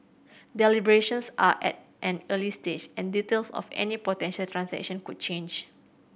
deliberations are at an early stage and details of any potential transaction could change